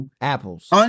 Apples